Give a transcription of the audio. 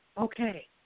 Okay